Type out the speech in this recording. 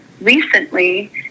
recently